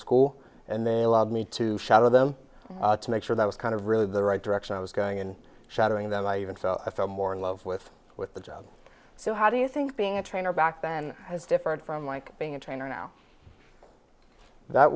school and they allowed me to shadow them to make sure that was kind of really the right direction i was going and shuttering than i even so i felt more in love with with the job so how do you think being a trainer back then was different from like being a trainer now that